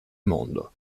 mondo